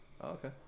okay